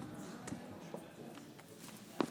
תודה, גברתי.